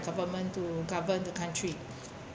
government to govern the country